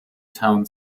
town